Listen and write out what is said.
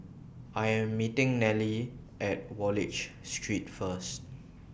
I Am meeting Nellie At Wallich Street First